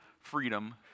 freedom